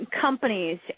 companies